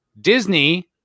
Disney